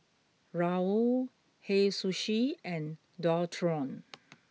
Raoul Hei Sushi and Dualtron